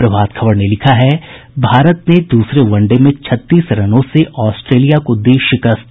प्रभात खबर ने लिखा है भारत ने दूसरे वन डे में छत्तीस रनों से ऑस्ट्रेलिया को दी शिकस्त